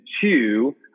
two